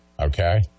okay